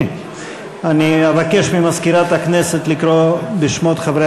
אני אבקש ממזכירת הכנסת לקרוא בשמות חברי